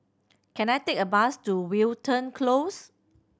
can I take a bus to Wilton Close